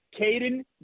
Caden